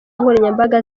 nkoranyambaga